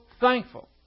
thankful